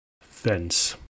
Fence